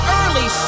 early